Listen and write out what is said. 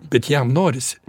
bet jam norisi